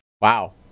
Wow